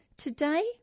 Today